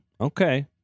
Okay